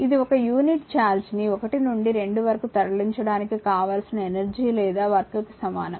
ఇది ఒక unit charge ని 1 నుండి 2 వరకు తరలించడానికి కావలసిన ఎనర్జీ లేదా వర్క్ కి సమానం